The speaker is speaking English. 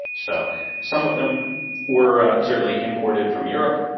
so some of them were certainly imported from europe.